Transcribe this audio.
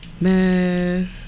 Man